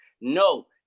No